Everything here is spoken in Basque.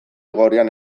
gorian